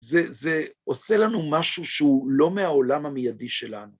זה.זה עושה לנו משהו שהוא לא מהעולם המיידי שלנו.